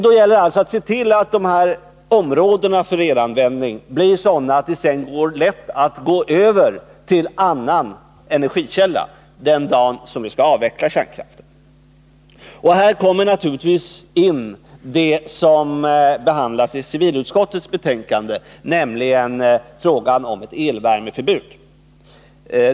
Då gäller det att se till att de här områdena för elanvändning blir sådana att det blir lätt att gå över till annan energikälla den dag vi skall avveckla kärnkraften. Här kommer man naturligtvis in på det som behandlas i civilutskottets betänkande, nämligen frågan om ett elvärmeförbud.